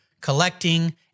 collecting